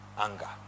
Anger